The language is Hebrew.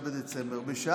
בשעה 16:00,